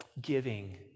giving